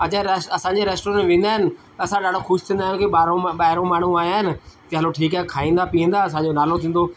ऐं जे असांजे रेस्टॉरेंट में वेंदा आहिनि त असां ॾाढो ख़ुशि थींदा आहियूं की ॿाहिरां ॿाहिरां माण्हू आया आहिनि की हलो ठीकु आहे खाईंदा पीअंदा असांजो नालो थींदो